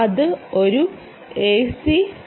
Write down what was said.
അത് ഒരു എസി തരംഗമാണ്